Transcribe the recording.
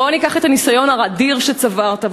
בוא ניקח את הניסיון האדיר שצברת,